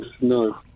No